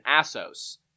Assos